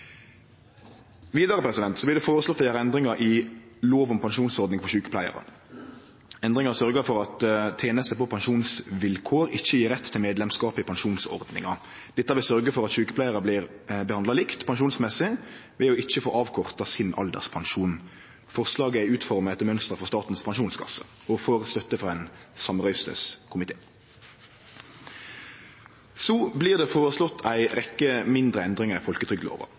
det føreslått å gjere endring i lov om pensjonsordning for sjukepleiarar. Endringa sørgjer for at teneste på pensjonsvilkår ikkje gjev rett til medlemsskap i pensjonsordninga. Dette vil sørgje for at sjukepleiarar blir behandla likt når det gjeld pensjon, ved at dei ikkje får avkorta sin alderspensjon. Forslaget er utforma etter mønster frå Statens pensjonskasse og får støtte frå ein samrøystes komité. Det blir også føreslått ei rekkje mindre endringar i